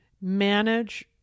manage